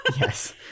yes